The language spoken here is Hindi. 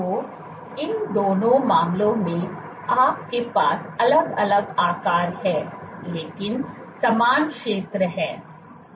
तो इन दोनों मामलों में आपके पास अलग अलग आकार हैं लेकिन समान क्षेत्र हैं